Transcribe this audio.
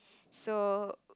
so